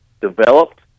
developed